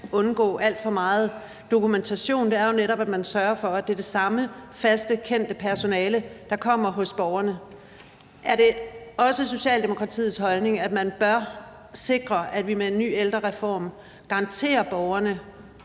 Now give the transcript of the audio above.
undgå alt for meget dokumentation, er jo netop, at man sørger for, at det er det samme faste kendte personale, der kommer hos borgerne. Er det også Socialdemokratiets holdning, at man bør sikre, at vi med en ny ældrereform garanterer borgerne